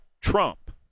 Trump